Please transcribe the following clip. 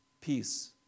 peace